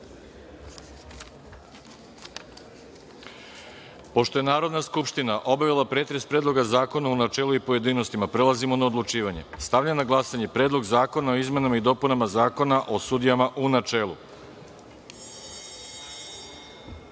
je Narodna skupština obavila pretres Predloga zakona u načelu i pojedinostima, prelazimo na odlučivanje. Stavljam na glasanje Predlog zakona o izmenama i dopunama zakona o sudijama, u